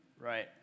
right